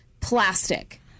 plastic